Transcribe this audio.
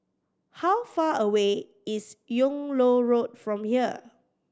how far away is Yung Loh Road from here